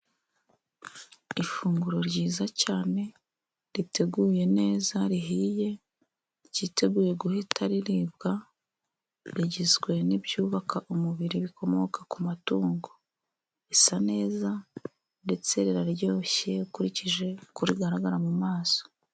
Ifunguro ryiza cyane riteguye neza. Rihiye, ryiteguye guhita riribwa. Rigizwe n'ibyubaka umubiri, ibikomoka ku matungo. Risa neza ndetse riraryoshye ukurikije uko rigaragara mu maso.